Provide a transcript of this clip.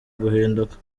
guhinduka